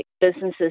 businesses